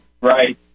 right